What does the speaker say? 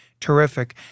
terrific